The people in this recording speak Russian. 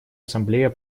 ассамблея